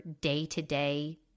day-to-day